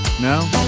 No